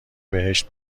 بهشت